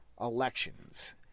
elections